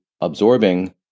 absorbing